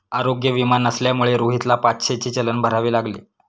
आरोग्य विमा नसल्यामुळे रोहितला पाचशेचे चलन भरावे लागले